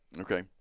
Okay